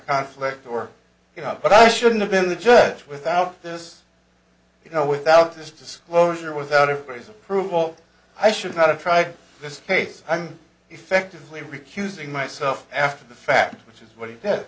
conflict or you know but i shouldn't have been the judge without this you know without this disclosure was out of place approval i should not have tried this case i'm effectively recusing myself after the fact which is what